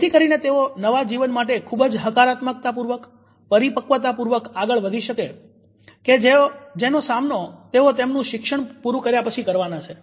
જેથી કરીને તેઓ નવા જીવન માટે ખુબ જ હકારાત્મકતાપૂર્વક પરિપક્વતાપૂર્વક આગળ વધી શકે કે જેનો સામનો તેઓ તેમનું શિક્ષણ પૂરું કર્યા પછી કરવાના છે